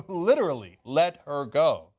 literally let her go.